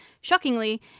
Shockingly